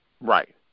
Right